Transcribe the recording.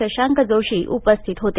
शशांक जोशी उपस्थित होते